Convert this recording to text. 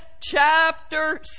chapter